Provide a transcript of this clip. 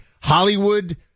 Hollywood